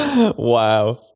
Wow